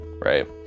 right